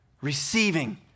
receiving